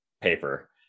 paper